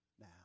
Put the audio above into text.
now